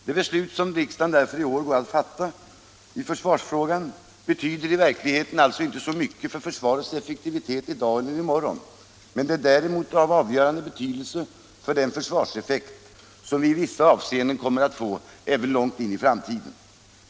De beslut som riksdagen därför vid innevarande års riksmöte går att fatta i försvarsfrågan betyder i verkligheten inte så mycket för försvarets effektivitet i dag eller i morgon. Det är däremot beslut som är av avgörande betydelse för försvarseffekten långt fram i tiden.